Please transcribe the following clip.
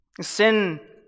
Sin